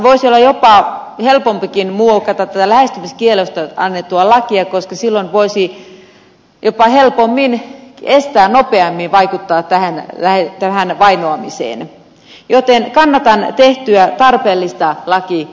voisi olla jopa helpompikin muokata lähestymiskiellosta annettua lakia koska silloin voisi helpommin estää nopeammin vaikuttaa tähän vainoamiseen joten kannatan tehtyä tarpeellista läpi